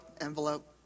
envelope